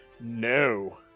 No